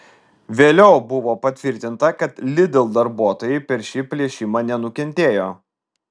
vėliau buvo patvirtinta kad lidl darbuotojai per šį plėšimą nenukentėjo